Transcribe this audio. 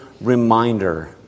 reminder